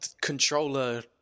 controller